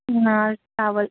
ਨਾਲ ਚਾਵਲ